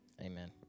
amen